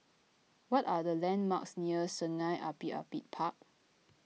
what are the landmarks near Sungei Api Api Park